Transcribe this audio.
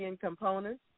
components